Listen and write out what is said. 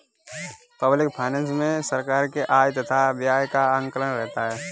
public finance मे सरकार के आय तथा व्यय का आकलन रहता है